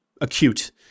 acute